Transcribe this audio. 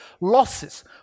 losses